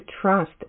trust